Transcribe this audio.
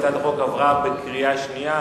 הצעת החוק עברה בקריאה שנייה.